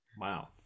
Wow